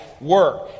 work